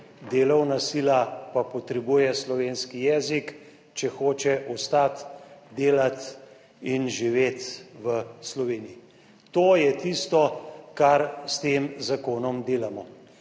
delovna sila pa potrebuje slovenski jezik, če hoče ostati, delati in živeti v Sloveniji. To je tisto, kar s tem zakonom delamo.